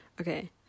Okay